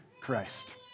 Christ